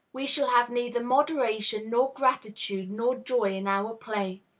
we shall have neither moderation nor gratitude nor joy in our play.